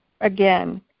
again